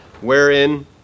wherein